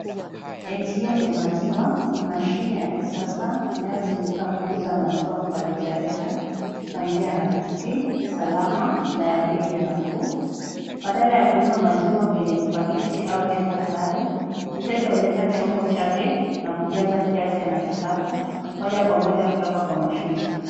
ATM ya maziwa ni mashine ya kisasa inayotumika kuuza maziwa kwa rejareja kwa njia rahisi, salama na ya bei nafuu, badala ya kununua maziwa kwenye pakiti au chupa tayari, mteja huleta chombo chake na kujaza kiasi anachotaka moja kwa moja kutoka kwa mashine.